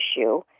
issue